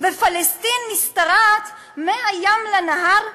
ופלסטין משתרעת מהים לנהר?